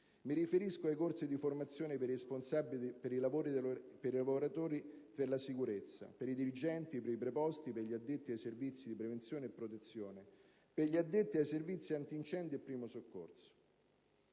Mi riferisco ai corsi di formazione per i responsabili dei lavoratori per la sicurezza, per i dirigenti, per i preposti, per gli addetti ai servizi di prevenzione e protezione e per gli addetti ai servizi antincendio e primo soccorso.